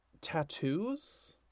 tattoos